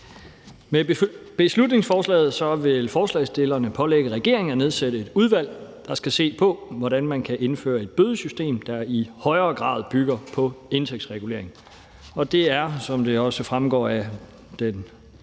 Med beslutningsforslaget vil forslagsstillerne pålægge regeringen at nedsætte et udvalg, der skal se på, hvordan man kan indføre et bødesystem, der i højere grad bygger på indtægtsregulering. Det er, som det også fremgår af den